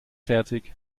fertig